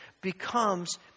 becomes